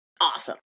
awesome